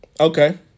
Okay